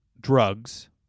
drugs